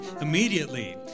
Immediately